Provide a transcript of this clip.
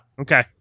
Okay